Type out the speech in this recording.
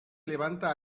levanta